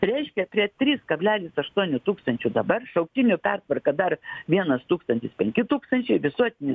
reiškia prie trys kablelis aštuoni tūkstančių dabar šauktinių pertvarka dar vienas tūkstantis penki tūkstančiai visuotini